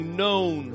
known